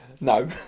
No